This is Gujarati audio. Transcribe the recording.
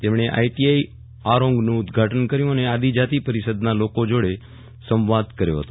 તેમણે આઇટીઆઇ અરોંગનુ ઉદઘાટન કર્યું અને આદિજાતિ પરિષદના લોકો જોડે સંવાદ કર્યોહ હતો